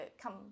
come